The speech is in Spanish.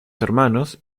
hermanos